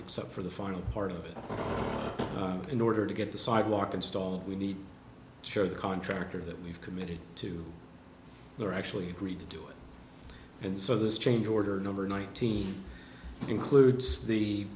except for the final part of it in order to get the sidewalk installed we need sure the contractor that we've committed to there actually agreed to do it and so this change order number nineteen includes the